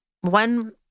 One